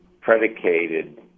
predicated